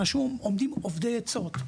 אנשים אובדי עצות.